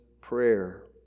prayer